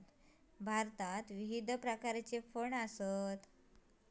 भारतात विविध प्रकारचो फंड आसत